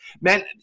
man